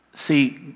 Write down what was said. See